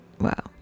Wow